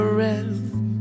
rest